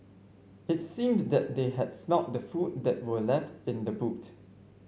it seemed that they had smelt the food that were left in the boot